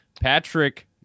Patrick